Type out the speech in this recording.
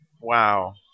wow